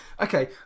Okay